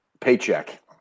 paycheck